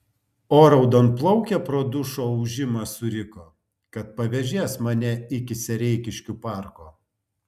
o raudonplaukė pro dušo ūžimą suriko kad pavėžės mane iki sereikiškių parko